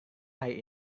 hari